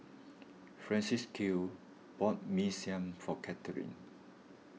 Francisqui bought Mee Siam for Katherine